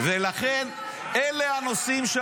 אולי משהו קשור אליכם?